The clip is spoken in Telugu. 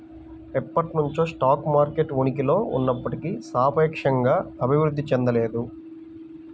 ఎప్పటినుంచో స్టాక్ మార్కెట్ ఉనికిలో ఉన్నప్పటికీ సాపేక్షంగా అభివృద్ధి చెందలేదు